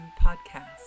podcast